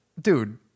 dude